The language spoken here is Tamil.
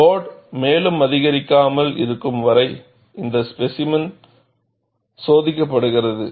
லோடு மேலும் அதிகரிக்காமல் இருக்கும் வரை இந்த ஸ்பேசிமென் சோதிக்கப்படுகிறது